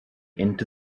into